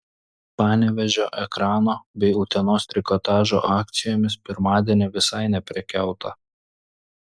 panevėžio ekrano bei utenos trikotažo akcijomis pirmadienį visai neprekiauta